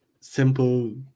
simple